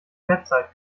website